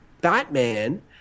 Batman